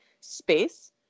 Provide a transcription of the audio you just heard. space